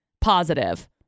positive